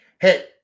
hey